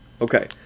Okay